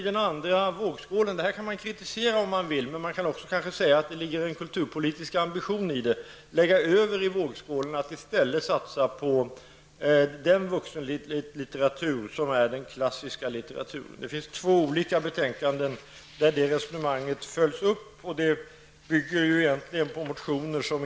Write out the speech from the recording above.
Det här kan man kritisera om man vill, men man kan också säga att det ligger en kulturpolitisk ambition i att lägga över pengarna i den andra vågskålen och i stället satsa på den vuxenlitteratur som utgörs av den klassiska litteraturen. Resonemanget följs upp i två olika reservationer som bygger på avlämnade motioner.